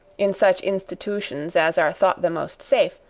in such institutions as are thought the most safe,